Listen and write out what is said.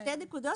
שתי נקודות.